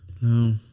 No